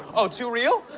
oh, too real?